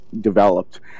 developed